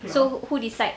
so who decides